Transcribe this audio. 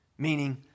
Meaning